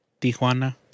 tijuana